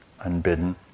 unbidden